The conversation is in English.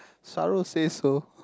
Saro says so